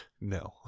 No